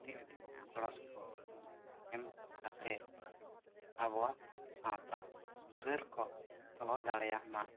ᱟᱹᱰᱤᱼᱟᱹᱰᱤ ᱜᱚᱲᱚ ᱥᱚᱯᱚᱦᱚᱫ ᱵᱚᱱ ᱮᱢ ᱠᱟᱛᱮᱫ ᱟᱵᱚᱣᱟᱜ ᱥᱟᱶᱛᱟ ᱥᱩᱥᱟᱹᱨᱠᱚ ᱫᱚᱦᱚ ᱫᱟᱲᱮᱭᱟᱜ ᱢᱟ